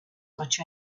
much